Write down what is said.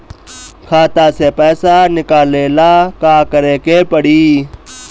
खाता से पैसा निकाले ला का करे के पड़ी?